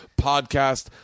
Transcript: podcast